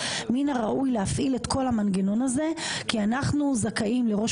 מן הראוי להפעיל את כל המנגנון הזה כי אנחנו זכאים לראש